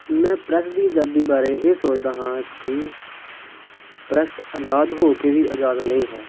ਮੈਂ ਪ੍ਰੈਸ ਦੀ ਆਜ਼ਾਦੀ ਬਾਰੇ ਇਹ ਸੋਚਦਾ ਹਾਂ ਕਿ ਪ੍ਰੈਸ ਆਜ਼ਾਦ ਹੋ ਕੇ ਵੀ ਆਜ਼ਾਦ ਨਹੀਂ ਹੈ